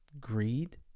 greed